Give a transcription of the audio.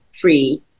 free